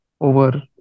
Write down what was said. over